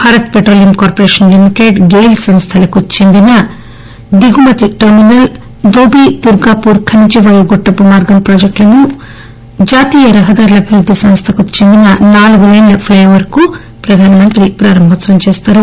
Bharat petroleum corporation limited GAIL సంస్థలకు చెందిన దిగుమతి టెర్మినల్ డోబీ దుర్గాపూర్ ఖనిజవాయువు గొట్టపు మార్గం ప్రాజెక్టులను జాతీయ రహదారుల అభివృద్ది సంస్థకు చెందిన నాలుగు లేన్ల ప్లె ఓవర్కు ఆయన ప్రారంభోత్సవం చేస్తారు